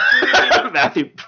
Matthew